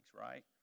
right